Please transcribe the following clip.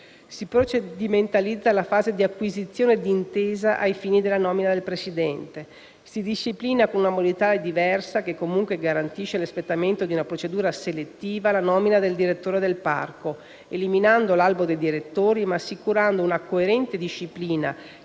Si procedimentalizza, inoltre, la fase di acquisizione dell'intesa ai fini della nomina del presidente. Si disciplina con una modalità diversa, che comunque garantisce l'espletamento di una procedura selettiva, la nomina del direttore del parco, eliminando l'albo dei direttori ma assicurando una coerente disciplina